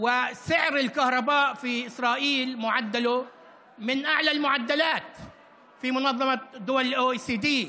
והמחיר הממוצע של החשמל בישראל הוא מהגבוהים ביותר ב-OECD.